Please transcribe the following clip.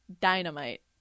Dynamite